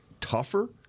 tougher